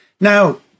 Now